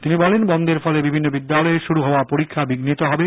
তিনি বলেন বনধের ফলে বিভিন্ন বিদ্যালয়ে শুরু হওয়া পরীক্ষা বিঘ্নিত হবে